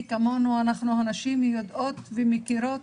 אנחנו הנשים יודעות ומכירות